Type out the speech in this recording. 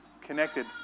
connected